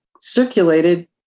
circulated